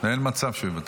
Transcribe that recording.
אין מצב שהוא יוותר.